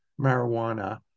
marijuana